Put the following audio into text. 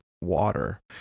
water